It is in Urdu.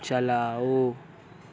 چلاؤ